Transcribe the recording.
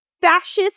fascist